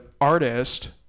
artist